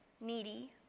needy